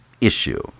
issue